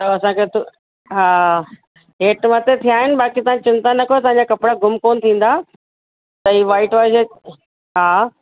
त असांखे थो हा हेठि मथे थिया आहिनि बाक़ी तव्हां चिंता न कयो त कपिड़ा गुम कोन्ह थींदा त हीअ व्हाइट वॉश जे हा